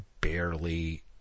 barely